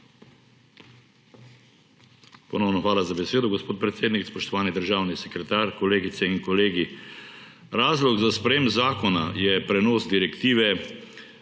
Hvala